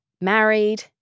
married